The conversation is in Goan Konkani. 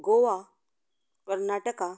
गोवा कर्नाटका